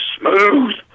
smooth